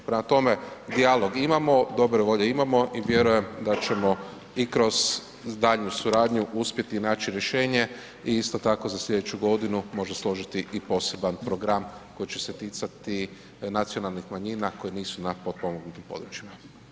Prema tome, dijalog imamo, dobre volje imamo i vjerujem da ćemo i kroz daljnju suradnju uspjeti naći rješenje i isto tako za sljedeću godinu možda složiti i poseban program koji će se ticati nacionalnih manjina koje nisu na potpomognutim područjima.